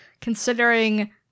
considering